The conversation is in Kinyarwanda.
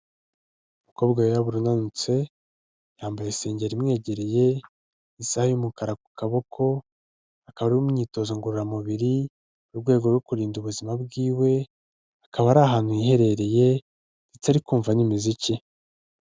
Umukobwa wirabura unanutse, yambaye isengeri imwegereye, isaha y'umukara ku kaboko, akaba ari mu myitozo ngororamubiri, mu rwego rwo kurinda ubuzima bwiwe, akaba ari ahantu hiherereye ndetse ari kumva n'imiziki.